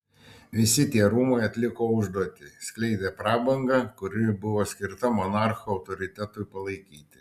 visi tie rūmai atliko užduotį skleidė prabangą kuri buvo skirta monarcho autoritetui palaikyti